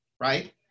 right